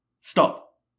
stop